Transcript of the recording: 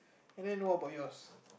and then what about yours